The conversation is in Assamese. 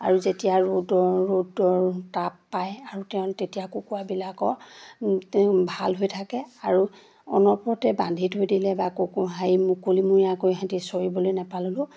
আৰু যেতিয়া ৰ'দৰ ৰ'দৰ তাপ পায় আৰু তেওঁ তেতিয়া কুকুৰাবিলাকৰ ভাল হৈ থাকে আৰু অনবৰতে বান্ধি থৈ দিলে বা কুকুৰ হেৰি মুকলিমূৰীয়াকৈ সিহঁতি চৰিবলৈ নেপালেও